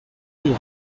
rue